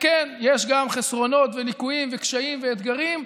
כן, יש גם חסרונות, ליקויים, קשיים ואתגרים,